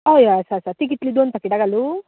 हय हय आसा आसा तीं कितलीं दोन पाकिटां घालूं